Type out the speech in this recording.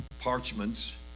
parchments